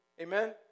Amen